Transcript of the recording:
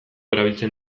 erabiltzen